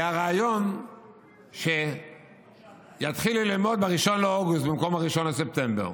היה רעיון שיתחילו ללמוד ב-1 באוגוסט במקום ב-1 בספטמבר.